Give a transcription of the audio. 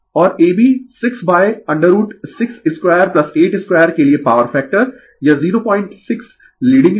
Refer slide Time 1527 और ab 6√6 2 8 2 के लिए पॉवर फैक्टर यह 06 लीडिंग है